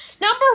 number